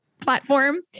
platform